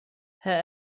herr